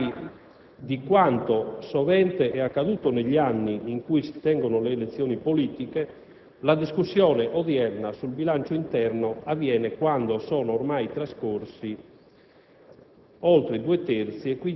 Per tale motivo, al pari di quanto sovente è accaduto negli anni in cui si tengono le elezioni politiche, la discussione odierna sul bilancio interno avviene quando sono ormai trascorsi